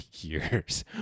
years